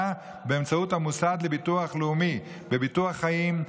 באמצעות המוסד לביטוח לאומי בביטוח חיים,